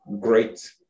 great